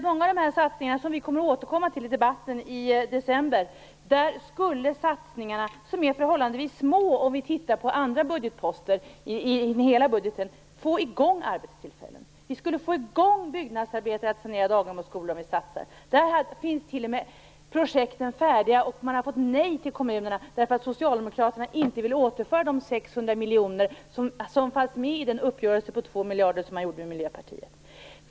Många av satsningarna, som vi ju återkommer till i debatten i december och som i och för sig är förhållandevis små jämfört med andra budgetposter, skulle kunna få i gång byggnadsarbeten inom daghem och skolor. Där finns t.o.m. projekt färdiga, men man har fått nej från kommunen därför att Socialdemokraterna inte velat återföra de 600 miljoner som fanns med i uppgörelsen om 2 miljarder med Miljöpartiet.